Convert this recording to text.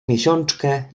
miesiączkę